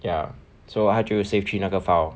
ya so 它就 save 去那个 file